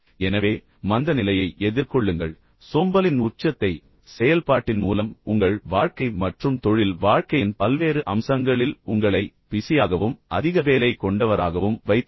எனவே மந்த நிலையை எதிர்கொள்ளுங்கள் சோம்பலின் உஉச்சத்தை செயல்பாட்டின் மூலம் உங்கள் வாழ்க்கை மற்றும் தொழில் வாழ்க்கையின் பல்வேறு அம்சங்களில் உங்களை பிஸியாகவும் அதிக வேலை கொண்டவராகவும் வைத்திருங்கள்